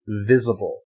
visible